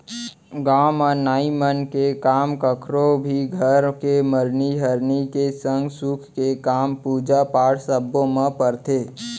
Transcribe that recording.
गाँव म नाई मन के काम कखरो भी घर के मरनी हरनी के संग सुख के काम, पूजा पाठ सब्बो म परथे